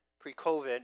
pre-COVID